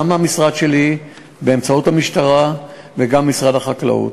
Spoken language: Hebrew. גם המשרד שלי באמצעות המשטרה וגם משרד החקלאות.